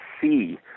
see